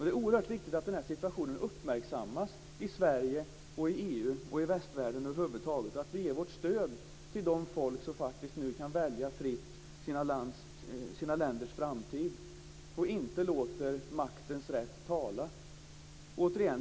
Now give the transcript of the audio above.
Det är oerhört viktigt att den här situationen uppmärksammas i Sverige, i EU och i västvärlden över huvud taget och att vi ger vårt stöd till de folk som nu faktiskt kan välja sina länders framtid fritt. Vi får inte låta maktens rätt tala.